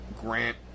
Grant